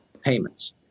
payments